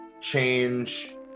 change